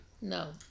No